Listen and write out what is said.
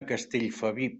castellfabib